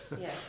yes